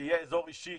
שיהיה אזור אישי